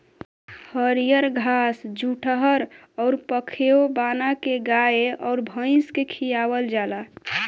हरिअर घास जुठहर अउर पखेव बाना के गाय अउर भइस के खियावल जाला